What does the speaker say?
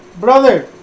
brother